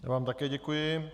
Já vám také děkuji.